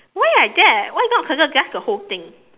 why like that why not circle just the whole thing